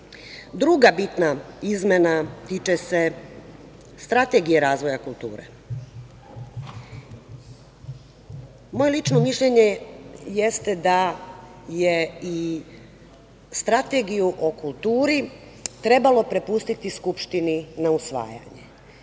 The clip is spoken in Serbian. bitna izmena tiče se Strategije razvoja kulture. Moje lično mišljenje jeste da je i Strategiju o kulturi trebalo prepustiti Skupštini na usvajanje.